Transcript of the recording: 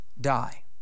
die